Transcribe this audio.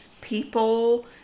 people